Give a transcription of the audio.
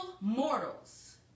mortals